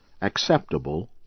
acceptable